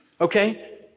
Okay